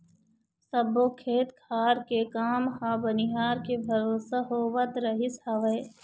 सब्बो खेत खार के काम ह बनिहार के भरोसा होवत रहिस हवय